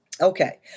Okay